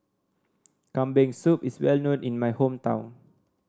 Kambing Soup is well known in my hometown